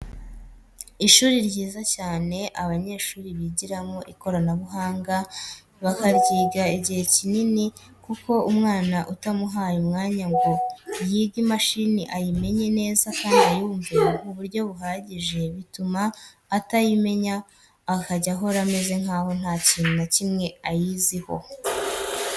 Ishuri ryiza cyane abanyeshuri bigiramo ikoranabuhanga kandi bakaryiga igihe kinini kuko umwana utamuhaye umwanya ngo yige imashini ayimenye neza kandi ayumve mu buryo buhagije, bituma atayimenya akajya ahora ameze nkaho nta kintu na kimwe ayiziho.